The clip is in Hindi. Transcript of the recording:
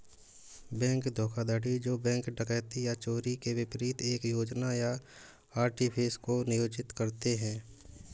बैंक धोखाधड़ी जो बैंक डकैती या चोरी के विपरीत एक योजना या आर्टिफिस को नियोजित करते हैं